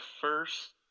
first